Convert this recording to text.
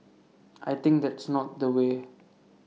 I think that's not the way